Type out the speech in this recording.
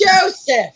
Joseph